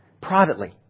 privately